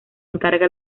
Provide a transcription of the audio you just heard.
encarga